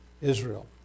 Israel